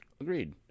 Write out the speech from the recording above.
Agreed